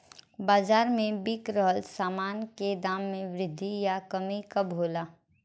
बाज़ार में बिक रहल सामान के दाम में वृद्धि या कमी कब होला?